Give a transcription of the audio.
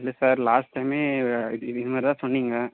இல்லை sir last டைமே இது இது மாதிரி தான் சொன்னீங்க